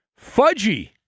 Fudgy